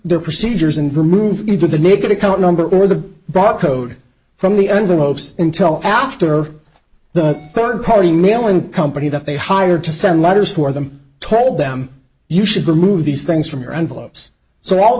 their procedures and remove either the naked account number or the barcode from the envelopes until after the third party mailing company that they hired to send letters for them told them you should remove these things from your envelopes so all